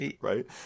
right